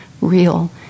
real